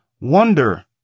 wonder